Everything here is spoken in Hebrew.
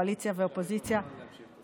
שלה נשיאת הפרלמנט האירופי הגב' רוברטה מטסולה.